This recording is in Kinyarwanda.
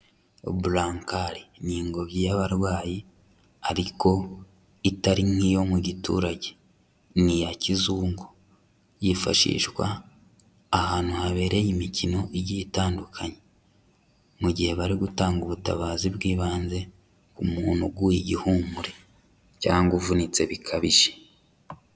Burankari ni ingobyi y'abarwayi ariko itari nk'iyo mu giturage, ni iya kizungu, yifashishwa ahantu habereye imikino igiye itandukanye, mu gihe bari gutanga ubutabazi bw'ibanze umuntu uguye igihumure cyangwa uvunitse bikabije.